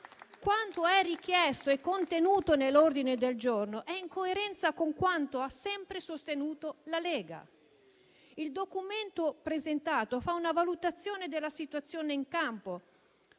Quanto è richiesto e contenuto nell'ordine del giorno è in coerenza con quello che ha sempre sostenuto la Lega. Il documento presentato fa una valutazione della situazione in campo,